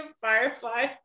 Firefly